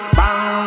bang